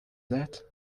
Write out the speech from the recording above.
that